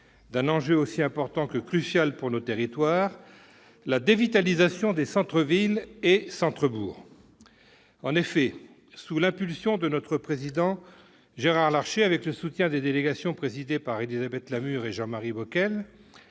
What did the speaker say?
d'un enjeu très important, crucial même, pour nos territoires : la dévitalisation des centres-villes et centres-bourgs. Sous l'impulsion de notre président, Gérard Larcher, et avec le soutien des délégations présidées par Élisabeth Lamure et Jean-Marie Bockel,